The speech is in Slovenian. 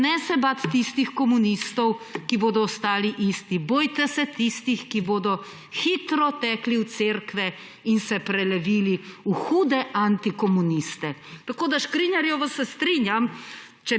Pa ne se bati tistih komunistov, ki bodo ostali isti, bojte se tistih, ki bodo hitro tekli v cerkve in se prelevili v hude antikomuniste. Tako da s Škrinjarjevo se strinjam,